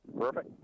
Perfect